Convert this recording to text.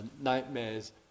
nightmares